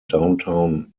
downtown